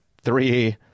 three